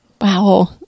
Wow